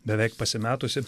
beveik pasimetusi